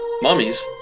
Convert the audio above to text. Mummies